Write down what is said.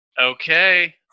Okay